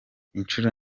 inshuro